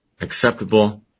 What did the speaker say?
acceptable